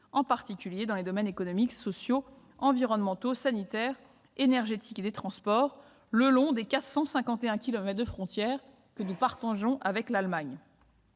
en particulier en matière économique, sociale, environnementale, sanitaire, énergétique et de transport, le long des 451 kilomètres de frontière que nous partageons avec l'Allemagne.